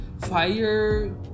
Fire